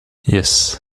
yes